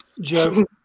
Joe